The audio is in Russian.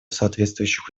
соответствующих